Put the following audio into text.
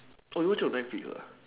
oh you watch on netflix ah